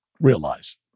realize